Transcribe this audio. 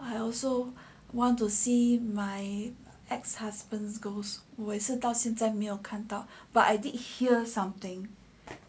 I also want to see my ex husband ghost 我到现在没有看到 but I did hear something